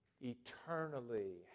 eternally